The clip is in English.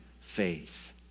faith